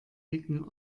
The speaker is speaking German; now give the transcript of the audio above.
dicken